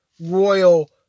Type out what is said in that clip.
royal